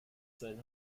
sein